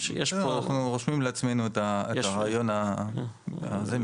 אנחנו רושמים לעצמנו את הרעיון הזה,